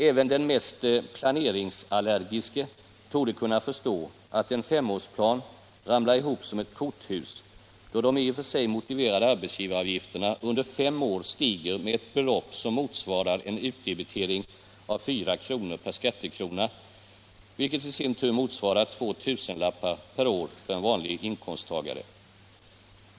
Även den mest pla neringsallergiske torde kunna förstå att en femårsplan ramlar ihop som ett korthus, då de i och för sig motiverade arbetsgivaravgifterna under fem år stiger med ett belopp som motsvarar en utdebitering av 4 kr. per skattekrona, vilket i sin tur motsvarar två tusenlappar per år för en vanlig inkomsttagare.